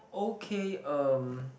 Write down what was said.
okay um